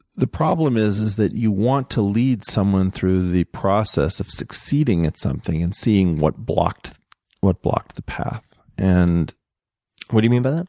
the problem is is that you want to lead someone through the process of succeeding at something and seeing what blocked what blocked the path. and what do you mean by that?